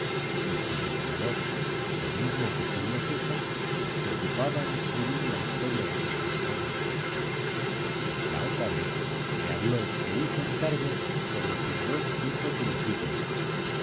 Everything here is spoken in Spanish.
pues el emperador lo mismo que julio césar se ocupaba en escribir la historia de sus campañas la otra vez le habló e hizo encargos sobre sus dos hijos ilegítimos